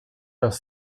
los